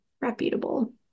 reputable